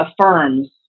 affirms